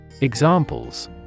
Examples